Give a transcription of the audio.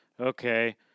okay